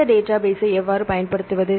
இந்த டேட்டாபேஸ்ஸை எவ்வாறு பயன்படுத்துவது